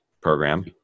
program